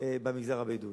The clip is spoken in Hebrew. במגזר הבדואי.